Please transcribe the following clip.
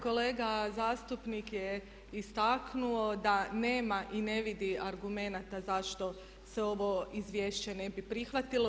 Kolega zastupnik je istaknuo da nema i ne vidi argumenata zašto se ovo izvješće ne bi prihvatilo.